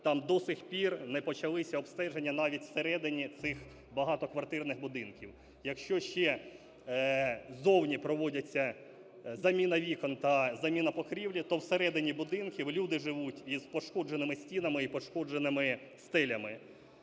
там до сих пір не почалися обстеження навіть в середині цих багатоквартирних будинків. Якщо ще зовні проводиться заміна вікон та заміна покрівлі, то в середині будинків люди живуть із пошкодженими стінами і пошкодженими стелями.